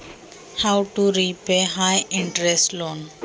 जास्त व्याज दर असलेल्या कर्जाची परतफेड कशी करावी?